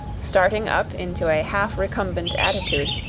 starting up into a half-recumbent attitude,